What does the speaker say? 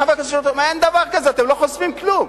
חבר הכנסת, אין דבר כזה, אתם לא חוסמים כלום.